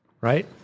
Right